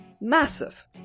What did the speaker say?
massive